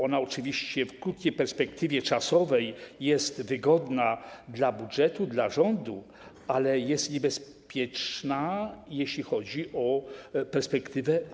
Ona oczywiście w krótkiej perspektywie czasowej jest wygodna dla budżetu, dla rządu, ale jest niebezpieczna, jeśli chodzi o dłuższą perspektywę.